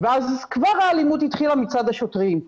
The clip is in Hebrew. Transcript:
ואז כבר האלימות התחילה מצד השוטרים.